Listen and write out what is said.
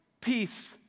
peace